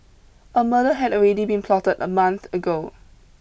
a murder had already been plotted a month ago